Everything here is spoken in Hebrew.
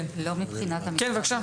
כן, בבקשה.